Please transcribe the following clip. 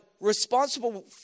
responsible